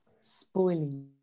spoiling